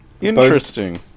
interesting